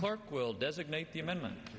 clerk will designate the amendment